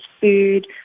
food